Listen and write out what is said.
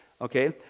Okay